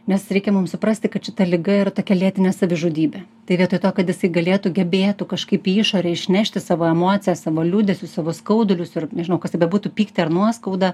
nes reikia mum suprasti kad šita liga yra tokia lėtinė savižudybė tai vietoj to kad jisai galėtų gebėtų kažkaip į išorę išnešti savo emocijas savo liūdesius savo skaudulius ir nežinau kas tai bebūtų pyktį ar nuoskaudą